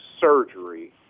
surgery